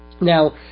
Now